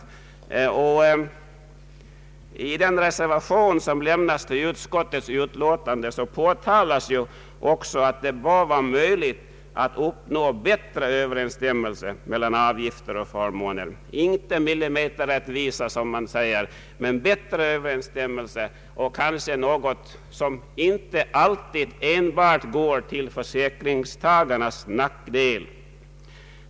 I den reservation som har fogats till utskottets utlåtande påtalas också att det bör vara möjligt att uppnå bättre överensstämmelse mellan avgifter och förmåner, inte millimeterrättvisa, som man säger, men bättre överensstämmelse och kanske något som inte alltid enbart utfaller till försäkringstagarnas nackdel.